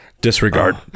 Disregard